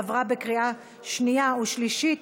עברה בקריאה שנייה ושלישית,